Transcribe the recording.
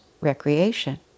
recreation